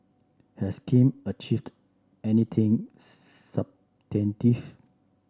has Kim achieved anything